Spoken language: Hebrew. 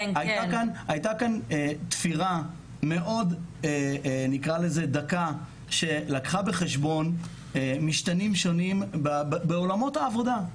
הייתה כאן תפירה מאוד דקה שלקחה בחשבון משתנים שונים בעולמות העבודה,